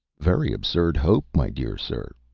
very absurd hope, my dear sir,